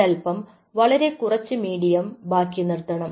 ഒരല്പം വളരെ കുറച്ച് മീഡിയം ബാക്കി നിർത്തണം